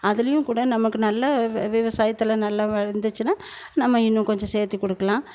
அதுலேயும்கூட நமக்கு நல்ல விவசாயத்தில் நல்ல வேலை இருந்துச்சினால் நம்ம இன்னும் கொஞ்சம் சேர்த்தி கொடுக்கலாம்